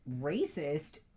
racist